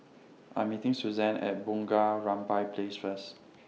I'm meeting Suzann At Bunga Rampai Place First